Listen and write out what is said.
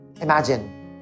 Imagine